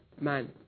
man